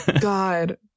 God